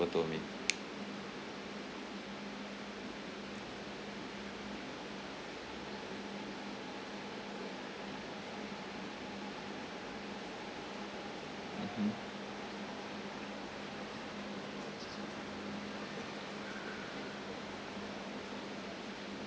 told me